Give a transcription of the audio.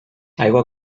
aigua